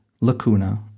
lacuna